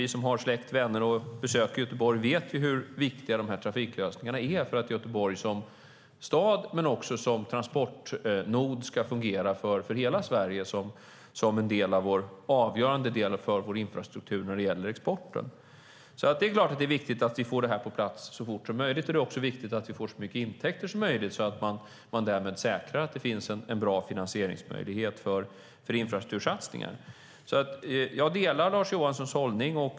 Vi som har släkt och vänner där och besöker Göteborg vet hur viktiga trafiklösningarna är för att Göteborg som stad och transportnod ska fungera för hela Sverige som en avgörande del av vår infrastruktur när det gäller exporten. Det är naturligtvis viktigt att vi får detta på plats så fort som möjligt. Det är också viktigt att vi får så mycket intäkter som möjligt så att vi säkrar en bra finansieringsmöjlighet för infrastruktursatsningar. Jag delar Lars Johanssons hållning.